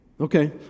Okay